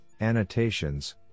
annotations